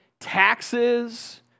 taxes